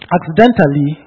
Accidentally